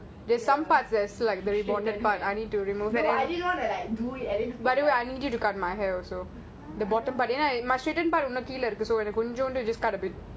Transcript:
the straighten hair no I din want to do it and then